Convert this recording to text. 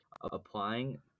applying